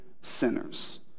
sinners